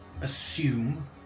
assume